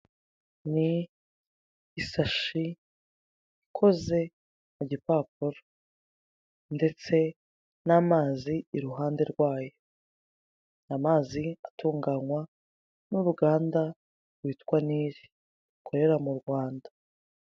Ni isashi ikoze mu gipapuro. Ndetse n'amazi iruhande rwayo. Ni amazi atunganywa n'uruganda rwitwa Nili. Rukorera mu Rwanda.